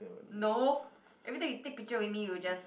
no every time you take picture with me you just